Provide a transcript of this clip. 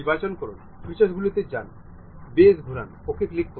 আসুন আমরা এটি 50 তৈরি করি এবং আমরা ঠিক আছে ক্লিক করব